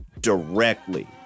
directly